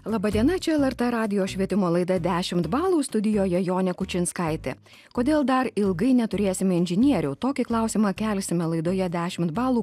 laba diena čia lrt radijo švietimo laida dešimt balų studijoje jonė kučinskaitė kodėl dar ilgai neturėsime inžinierių tokį klausimą kelsime laidoje dešimt balų